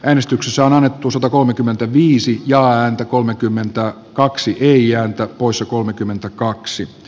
äänestyksessä on annettu satakolmekymmentäviisi ja ääntä kolmekymmentä kaksi gionta kuussa kolmekymmentäkaksi